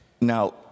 now